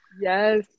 Yes